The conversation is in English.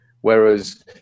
Whereas